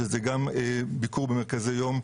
שזה ביקור במרכזי יום.